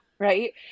Right